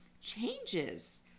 changes